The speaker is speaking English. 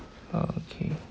okay